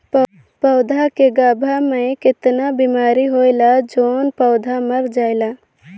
पौधा के गाभा मै कतना बिमारी होयल जोन पौधा मर जायेल?